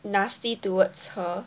nasty towards her